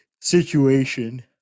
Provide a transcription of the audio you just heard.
situation